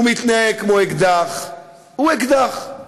הוא מתנהג כמו אקדח, הוא אקדח.